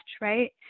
right